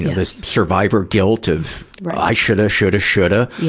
there's survivor guilt of i shoulda shoulda shoulda,